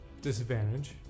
disadvantage